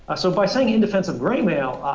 so by saying in defense of graymail,